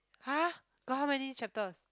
!huh! got how many chapters